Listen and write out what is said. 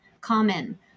common